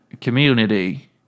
community